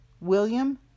William